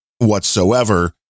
whatsoever